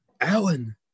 Alan